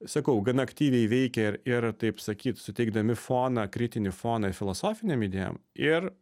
sakau gana aktyviai veikia ir ir taip sakyt suteikdami foną kritinį foną filosofinėm idėjom ir